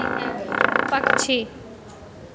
पक्षी